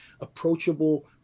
approachable